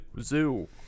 Zoo